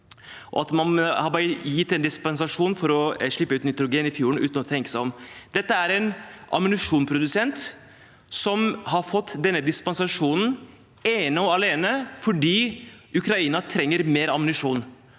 og at man bare har gitt en dispensasjon for å slippe ut nitrogen i fjorden uten å tenke seg om. Dette er en ammunisjonsprodusent som har fått denne dispensasjonen ene og alene fordi Ukraina trenger mer ammunisjon.